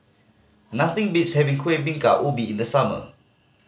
nothing beats having Kuih Bingka Ubi in the summer